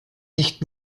nicht